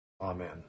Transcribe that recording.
Amen